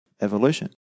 evolution